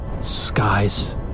skies